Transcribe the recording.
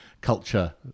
culture